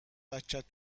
بچت